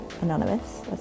anonymous